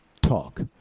talk